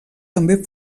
també